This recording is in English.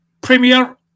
Premier